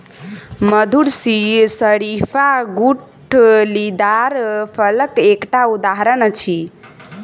मधुर शरीफा गुठलीदार फलक एकटा उदहारण अछि